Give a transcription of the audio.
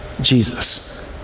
Jesus